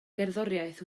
gerddoriaeth